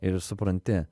ir supranti